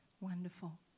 Wonderful